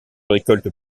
récolte